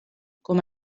com